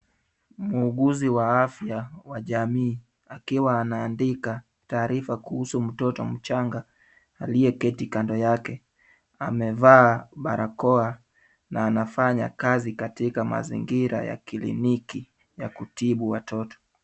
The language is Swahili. Muuguzi wa afya wa jamii akiwa anaandika taarifa kuhusu mtoto mchanga aliyeketi kando yake, amevaa barakoa na anafanya kazi katika mazingira ya kliniki ya kutibu watoto.